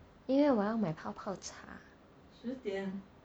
因为我要买泡泡茶